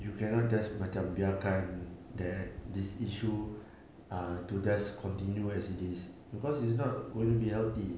you cannot just macam biarkan that this issue err to just continue as it is because it's not gonna be healthy